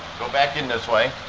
go back in this way.